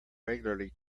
regularly